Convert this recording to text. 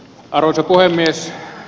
arvoisa puhemies